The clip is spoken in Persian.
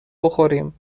بخوریم